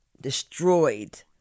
destroyed